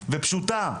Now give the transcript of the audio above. ופשוטה,